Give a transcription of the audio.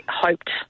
hoped